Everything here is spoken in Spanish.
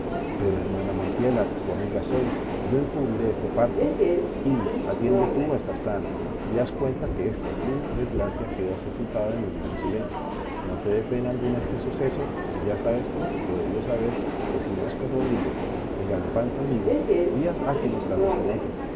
pero hermana montiela tu amiga soy yo encubriré este parto y atiende tú a estar sana y haz cuenta que esta tu desgracia queda sepultada en el mismo silencio no te dé pena alguna este suceso que ya sabes tú que puedo yo saber que si no es con rodríguez el ganapán tu amigo días ha que no tratas con otro